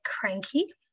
cranky